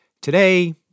Today